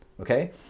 Okay